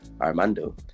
Armando